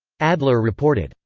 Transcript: adler reported,